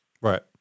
Right